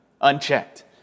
Unchecked